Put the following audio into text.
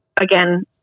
again